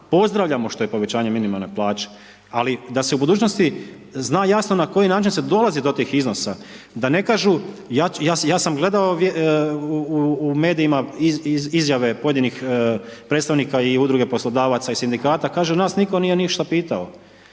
Pozdravljamo što je povećanje minimalne plaće, ali da se u budućnosti zna jasno na koji način se dolazi do tih iznosa. Da ne kažu, ja sam gledao u medijima, izjave pojedinih predstavnika i udruge poslodavaca i sindikata, kažu nas nije nitko ništa pitao.